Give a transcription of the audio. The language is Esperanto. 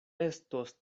estos